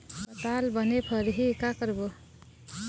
पताल बने फरही का करबो?